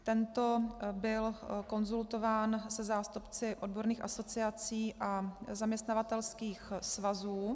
Tento byl konzultován se zástupci odborných asociací a zaměstnavatelských svazů.